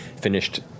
finished